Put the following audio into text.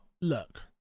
look